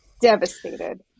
Devastated